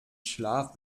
schlaf